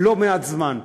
לא מעט זמן.